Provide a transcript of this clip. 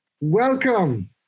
Welcome